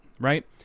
right